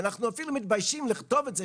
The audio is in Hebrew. ואנחנו אפילו מתביישים לכתוב את זה,